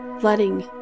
letting